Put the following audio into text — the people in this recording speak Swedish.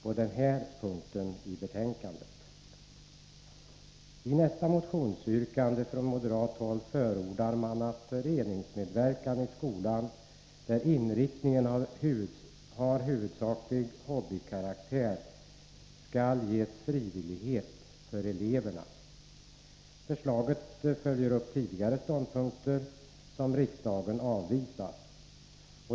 I ett annat motionsyrkande från moderat håll förordar man att aktiviteter som avser föreningsmedverkan i skolan eller är av utpräglad hobbykaraktär skall vara frivilliga. Förslaget följer upp tidigare framförda ståndpunkter, som riksdagen avvisat.